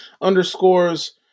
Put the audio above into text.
underscores